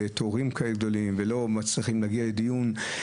תורים גדולים ולא מצליחים להגיע לדיון,